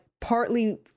partly